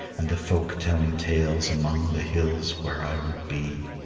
and the folk telling tales among the hills where i would be.